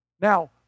Now